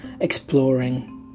exploring